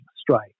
Strike